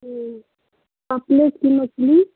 pomfret की मछली